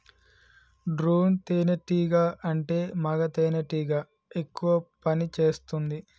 drone తేనే టీగా అంటే మగ తెనెటీగ ఎక్కువ పని చేస్తుంది